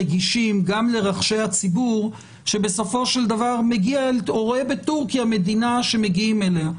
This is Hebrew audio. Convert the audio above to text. רגישים גם לרחשי הציבור שבסופו של דבר רואה בטורקיה מדינה שמגיעים אליה.